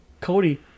Cody